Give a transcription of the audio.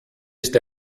ist